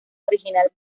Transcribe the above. original